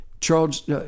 Charles